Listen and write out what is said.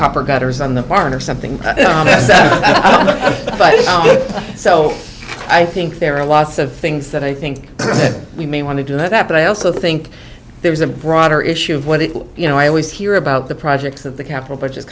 proper gutters on the barn or something but so i think there are lots of things that i think we may want to do that but i also think there's a broader issue of whether you know i always hear about the projects of the capital budget